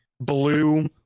blue